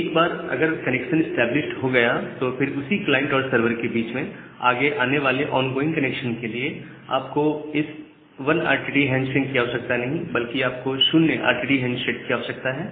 एक बार अगर कनेक्शन इस्टैबलिश्ड हो गया है तो फिर उसी क्लाइंट और सर्वर के बीच में आगे आने वाले ऑनगोइंग कनेक्शंस के लिए आपको इस 1 RTT हैंड शेक की आवश्यकता नहीं बल्कि आप को 0 RTT हैंड शेक की आवश्यकता है